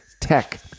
tech